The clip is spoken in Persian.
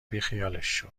بیخیالش